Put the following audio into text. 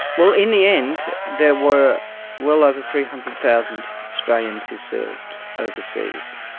well, in the end there were well over three hundred thousand australians who served overseas,